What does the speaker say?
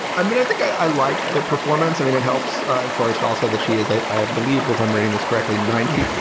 i mean i think i like the performance i mean it helps first also that she is i i believe if i'm reading this correctly ninety.